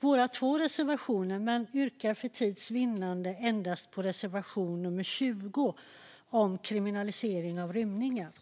våra två reservationer, men jag yrkar för tids vinnande bifall endast till reservation nummer 20 om kriminalisering av rymningar.